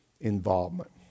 involvement